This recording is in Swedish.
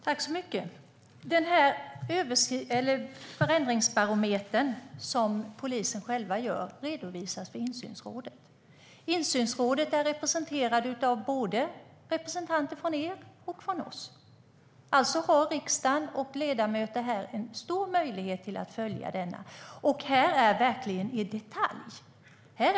Herr talman! Den förändringsbarometer som polisen själv gör redovisas för insynsrådet. I insynsrådet finns representanter från er och från oss. Alltså har riksdagen och ledamöterna en stor möjlighet att följa denna fråga. Här är det verkligen fråga om detaljer.